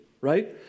right